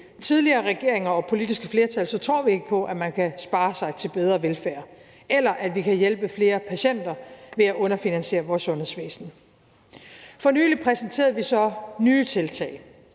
tidligere regeringer og politiske flertal tror vi ikke på, at man kan spare sig til bedre velfærd, eller at vi kan hjælpe flere patienter ved at underfinansiere vores sundhedsvæsen. For nylig præsenterede vi så nye tiltag.